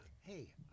hey